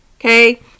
Okay